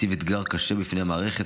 הציבו אתגר קשה בפני המערכת,